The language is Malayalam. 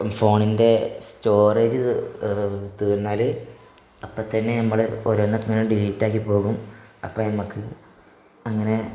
അപ്പം ഫോണിൻ്റെ സ്റ്റോറേജ് തീർന്നാൽ അപ്പോൾ തന്നെ നമ്മൾ കുറെ എണ്ണം ഡിലീറ്റ് ആക്കി പോകും അപ്പം നമ്മൾക്ക് അങ്ങനെ